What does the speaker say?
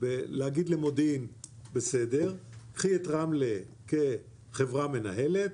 להגיד למודיעין: בסדר, קחי את רמלה כחברה מנהלת,